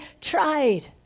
tried